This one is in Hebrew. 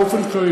באופן כללי,